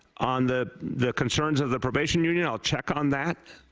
on the the concerns of the probation union, i will check on that.